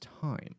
time